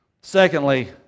Secondly